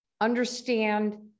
understand